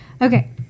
Okay